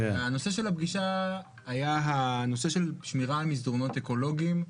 והנושא של הפגישה היה הנושא של שמירה על מסדרונות אקולוגיים.